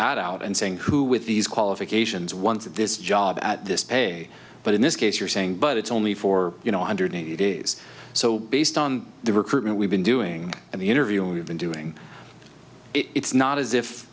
ad out and saying who with these qualifications once at this job at this pay but in this case you're saying but it's only for you know one hundred eighty days so based on the recruitment we've been doing and the interview we've been doing it's not as if